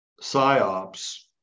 psyops